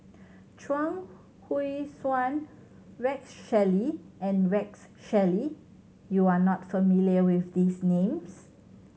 Chuang Hui Tsuan Rex Shelley and Rex Shelley you are not familiar with these names